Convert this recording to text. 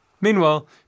Meanwhile